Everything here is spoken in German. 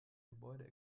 gebäude